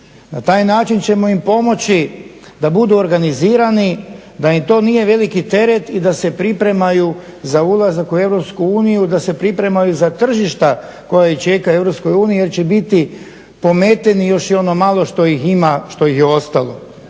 Na taj način ćemo im pomoći da budu organizirani da im to nije veliki teret i da se pripremaju za ulazak u EU da se pripremaju za tržišta koja ih čeka u EU jer će biti pometeni još i ono malo što ih ima što ih je ostalo.